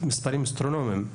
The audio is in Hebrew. מספרים אסטרונומיים.